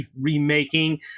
remaking